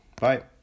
Bye